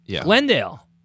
Glendale